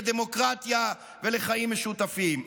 לדמוקרטיה ולחיים משותפים.